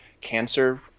cancer